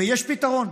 ויש פתרון.